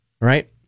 Right